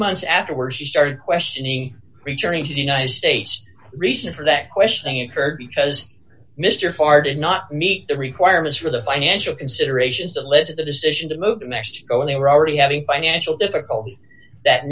months afterwards she started questioning returning to the united states reason for that questioning of her because mr far did not meet the requirements for the financial considerations that led to the decision to move to mexico and they were already having financial difficulty that